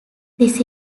this